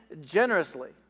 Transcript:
generously